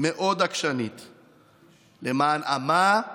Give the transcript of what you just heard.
עקשנית מאוד, למען עמו,